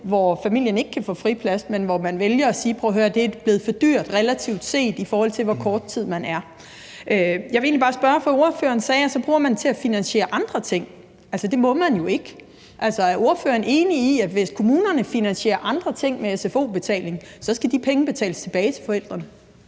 hvor familien ikke kan få friplads, men hvor man vælger at sige: Prøv at høre, det er blevet for dyrt relativt set, i forhold til hvor kort tid man er der. Ordføreren sagde, at man så bruger pengene til at finansiere andre ting, og det må man jo ikke. Er ordføreren enig i, at hvis kommunerne finansierer andre ting med sfo-betaling, så skal de penge betales tilbage til forældrene?